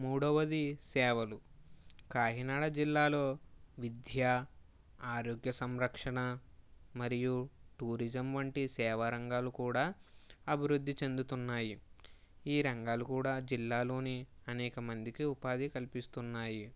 మూడవది సేవలు కాకినాడ జిల్లాలో విధ్య ఆరోగ్యసంరక్షణ మరియు టూరిజమ్ వంటి సేవ రంగాలు కూడా అభివృద్ధి చెందుతున్నాయి ఈ రంగాలు కూడా జిల్లాలోనే అనేక మందికి ఉపాధి కలిపిస్తున్నాయి